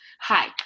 Hi